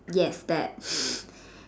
yes that